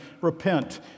Repent